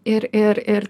ir ir ir